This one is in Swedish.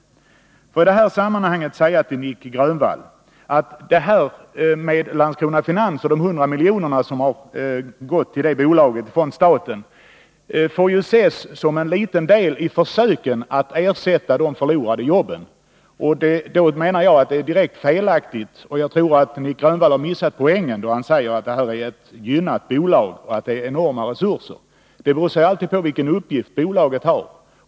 Får jag i detta sammanhang säga till Nic Grönvall att de hundra miljoner kronor som har gått till Landskrona Finans från staten får ses som en liten del i försöken att ersätta de förlorade jobben. Jag tror att Nic Grönvall har missat poängen när han säger att detta är ett gynnat bolag och att det är fråga om enorma resurser. Resurserna skall ses i förhållande till den uppgift bolaget har.